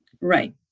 Right